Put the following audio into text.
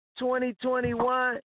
2021